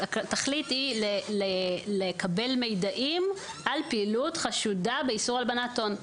התכלית היא לקבל מידעים על פעילות חשודה באיסור הלבנת הון.